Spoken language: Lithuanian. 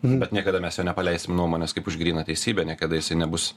bet niekada mes jo nepaleisim nuomonės kaip už gryną teisybę niekada jisai nebus